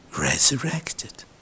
resurrected